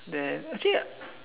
then actually